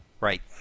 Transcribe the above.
Right